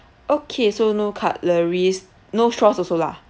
okay so no cutleries no sauce also lah